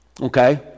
okay